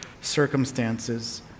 circumstances